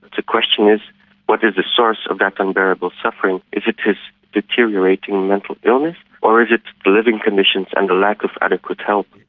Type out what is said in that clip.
the question is what is the source of that unbearable suffering? is it his deteriorating mental illness or is it the living conditions and the lack of adequate help?